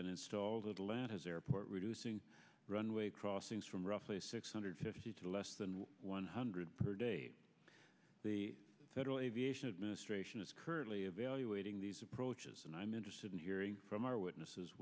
been installed a lad has airport reducing runway crossings from roughly six hundred fifty to less than one hundred per day the federal aviation administration is currently evaluating these approaches and i'm interested in hearing from our witnesses